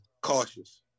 cautious